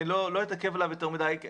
אני לא אתעכב עליו יותר מדי.